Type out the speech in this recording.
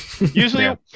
usually